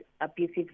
abusive